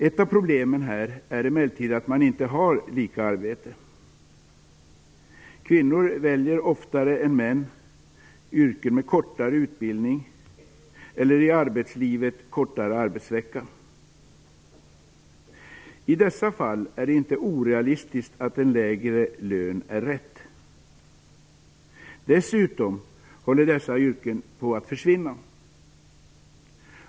Ett av problemen är emellertid att man inte har lika arbete. Kvinnor väljer oftare än män yrken med kortare utbildning eller i arbetslivet kortare arbetsvecka. I dessa fall är det inte orealistiskt att en lägre lön är rätt. Dessutom håller dessa yrken på att försvinna.